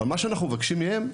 אבל מה שאנחנו מבקשים מהם,